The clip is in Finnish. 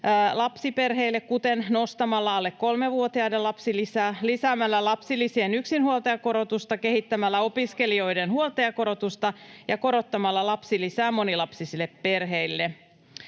lapsiperheille, kuten nostamalla alle kolmevuotiaiden lapsilisää, lisäämällä lapsilisien yksinhuoltajakorotusta, [Li Andersson: 26 euroa!] kehittämällä opiskelijoiden huoltajakorotusta ja korottamalla lapsilisää monilapsisille perheille.